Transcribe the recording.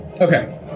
Okay